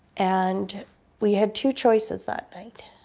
and we had two choices that night.